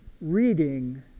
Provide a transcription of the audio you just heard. reading